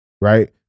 right